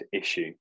issue